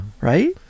right